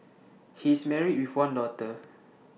he is married with one daughter